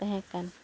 ᱛᱟᱦᱮᱸᱠᱟᱱ